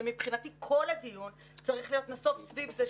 ומבחינתי כל הדיון צריך להיות נסוב סביב זה,